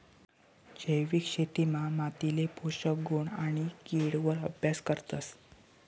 जैविक शेतीमा मातीले पोषक गुण आणि किड वर अभ्यास करतस